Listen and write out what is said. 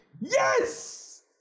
Yes